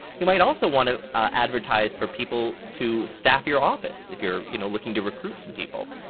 you might also want to advertise for people to staff your office. if you're you know looking to recruit some people.